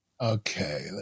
Okay